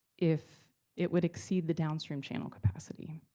if it would exceed the downstream channel capacity.